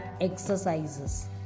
exercises